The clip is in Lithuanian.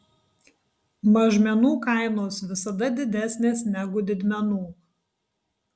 mažmenų kainos visada didesnės negu didmenų